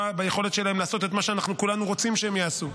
ביכולת שלהן לעשות את מה שאנחנו כולנו רוצים שהן יעשו.